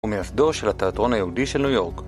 ומייסדו של התיאטרון היהודי של ניו יורק